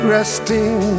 Resting